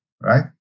right